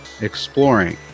exploring